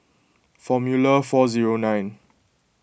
formula four zero nine